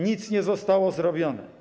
Nic nie zostało zrobione.